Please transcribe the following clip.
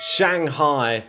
Shanghai